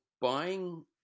buying